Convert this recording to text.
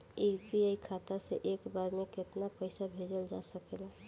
UPI खाता से एक बार म केतना पईसा भेजल जा सकेला?